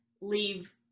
leave